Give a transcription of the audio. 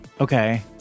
okay